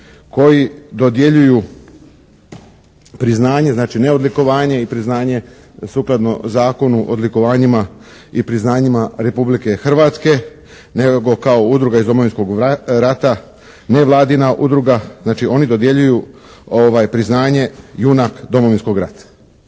koji dodjeljuju priznanje, znači ne odlikovanje i priznanje sukladno Zakonu o odlikovanjima i priznanjima Republike Hrvatske nego kao udruga iz Domovinskog rata, nevladina udruga. Znači oni dodjeljuju priznanje "Junak Domovinskog rata".